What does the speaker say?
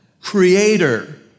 creator